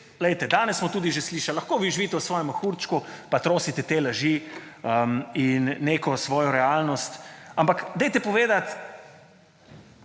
kaj. Danes smo tudi že slišali, lahko vi živite v svojem mehurčku pa trosite te laži in neko svojo realnost, ampak realno povejte,